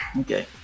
okay